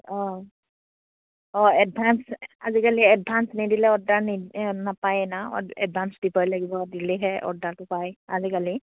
অঁ অঁ এডভান্স আজিকালি এডভান্স নিদিলে অৰ্ডাৰ নি নাপায় না এডভান্স দিবই লাগিব দিলেহে অৰ্ডাৰটো পায় আজিকালি